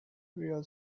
real